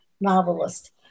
novelist